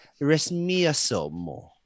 resmiasomo